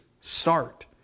start